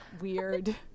weird